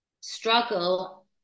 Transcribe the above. struggle